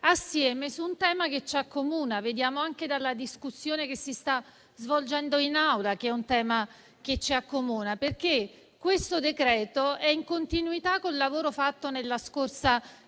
assieme su un tema che ci accomuna. Vediamo anche dalla discussione che si sta svolgendo in Aula che il tema ci accomuna, perché il decreto-legge in esame è in continuità con il lavoro fatto nella scorsa